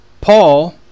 Paul